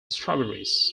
strawberries